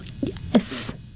yes